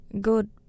Good